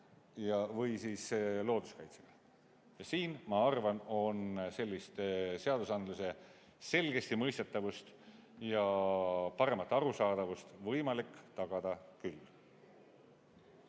on seotud looduskaitsega. Siin, ma arvan, on sellist seaduste selgesti mõistetavust ja paremat arusaadavust võimalik tagada küll.